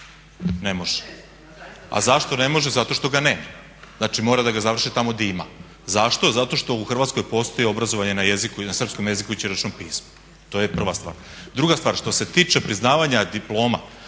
Ne može. A zašto ne može? Zato što ga nema. Znači, mora da ga završi tamo gdje ima. Zašto? Zato što u Hrvatskoj postoji obrazovanje i na srpskom jeziku i ćiriličnom pismu. To je prva stvar. Druga stvar što se tiče priznavanja diploma